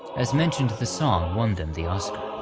as mentioned, the song won them the oscar.